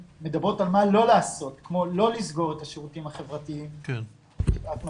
מדברות על מה לא לעשות כמו לא לסגור את השירותים החברתיים בשעת משבר.